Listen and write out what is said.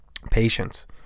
patience